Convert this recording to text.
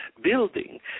building